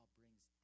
brings